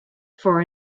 for